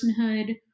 personhood